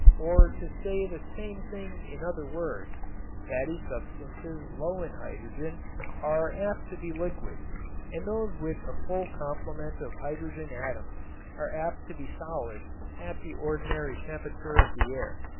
or to say the same thing in other words, fatty substances low in hydrogen are apt to be liquids and those with a full complement of hydrogen atoms are apt to be solids at the ordinary temperature of the air.